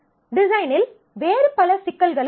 டிசைனில் வேறு பல சிக்கல்களும் உள்ளன